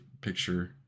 picture